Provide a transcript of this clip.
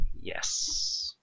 yes